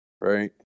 right